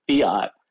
fiat